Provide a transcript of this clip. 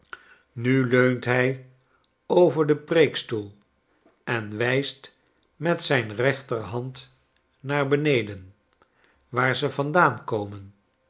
nu leunt hij over den preekstoel en wijst met zijne rechterhand naar beneden waar ze vandaan komen